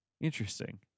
interesting